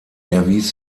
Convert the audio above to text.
erwies